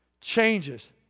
changes